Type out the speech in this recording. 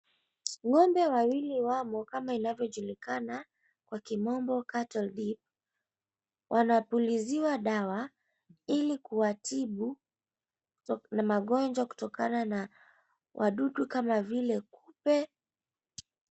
Ng'ombe wawili wamo, kama inavyojulikana kwa kimombo Cattle Dip , wanapuliziwa dawa ili kuwatibu na magonjwa kutokana na wadudu kama vile kupe.